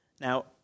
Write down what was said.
Now